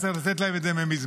היה צריך לתת להן את זה מזמן.